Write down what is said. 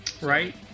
Right